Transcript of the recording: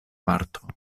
parto